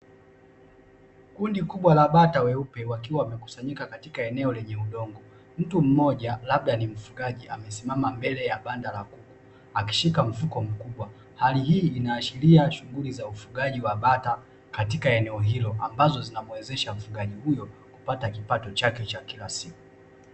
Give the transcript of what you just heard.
kundi kubwa la bata weupe wakiwa wamekusanyika katika eneo lenye udongo, mtu mmoja labda ni mfugaji amesimama mbele ya banda la kuku akishika mfuko mkubwa, hali hii inaashiria shunghuli za ufugaji wa bata katika eneo hilo ambalo zinamuwezesha mfugaji huyo kupata kipato chake cha kila siku.